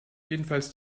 jedenfalls